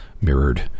mirrored